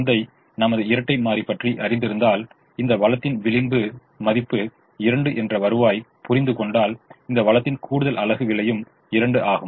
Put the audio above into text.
சந்தை நமது இரட்டை மாறி பற்றி அறிந்திருந்தால் இந்த வளத்தின் விளிம்பு மதிப்பு 2 என்ற வருவாய்யை புரிந்து கொண்டால் இந்த வளத்தின் கூடுதல் அலகு விலையும் 2 ஆகும்